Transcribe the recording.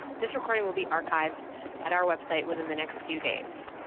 this recording will be archived at our website within the next few days.